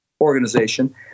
organization